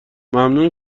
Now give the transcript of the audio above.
ممنون